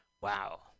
Wow